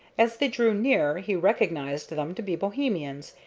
as they drew near he recognized them to be bohemians,